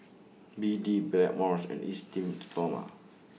B D Blackmores and Esteem Stoma